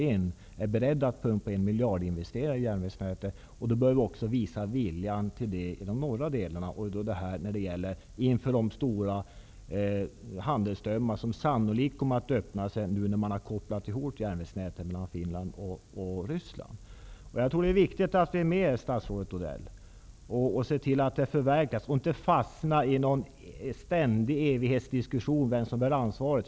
Vi är beredda att pumpa in miljarder i järnvägsnätet, och då måste vi också vara villiga att göra det i de norra delarna av landet inför de stora handelsmöjligheter som sannolikt kommer att öppna sig när man kopplat ihop järnvägarna mellan Det är viktigt, statsrådet Odell, att vi ser till att investeringen förverkligas och att vi inte fastnar i en ständig evighetsdiskussion om vem som bär ansvaret.